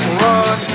run